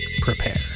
prepare